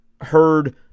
heard